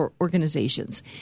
organizations